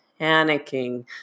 panicking